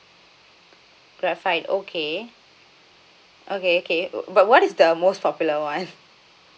graphite okay okay okay but what is the most popular one